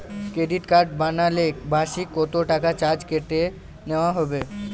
Credit card বানালে বার্ষিক কত টাকা চার্জ কেটে নেওয়া হবে?